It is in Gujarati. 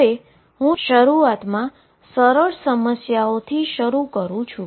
હવે હું સરળ સમસ્યાઓ શરૂ કરું છું